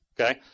Okay